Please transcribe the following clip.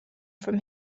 from